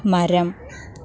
മരം